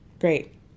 Great